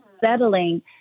settling